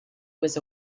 was